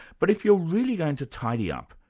but if you're really going to tidy up,